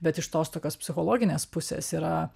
bet iš tos tokios psichologinės pusės yra